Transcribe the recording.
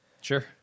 sure